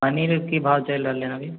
पनीर की भाव चलि रहलै हन अभी